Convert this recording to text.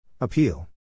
Appeal